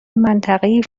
منطقهای